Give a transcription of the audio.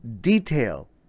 detail